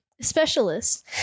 specialists